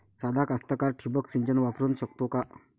सादा कास्तकार ठिंबक सिंचन वापरू शकते का?